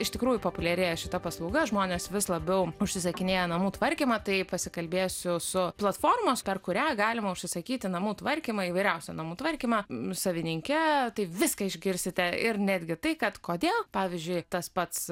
iš tikrųjų populiarėja šita paslauga žmonės vis labiau užsisakinėja namų tvarkymą tai pasikalbėsiu su platformos per kurią galima užsisakyti namų tvarkymą įvairiausią namų tvarkymą savininke tai viską išgirsite ir netgi tai kad kodėl pavyzdžiui tas pats